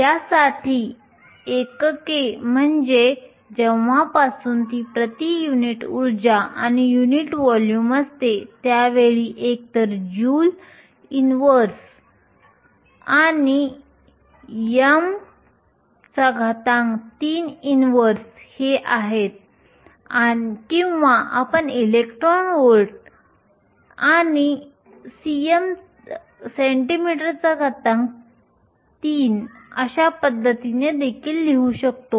यासाठी एकके म्हणजे जेव्हापासून ती प्रति युनिट उर्जा आणि युनिट व्हॉल्यूम असते त्यावेळी एकतर जूल इन्व्हर्स आणि m3 इन्व्हर्स हे आहेत किंवा आपण इलेक्ट्रॉन व्होल्ट आणि cm3 अशा पद्धतीने देखील लिहू शकतो